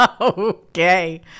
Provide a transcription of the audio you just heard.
Okay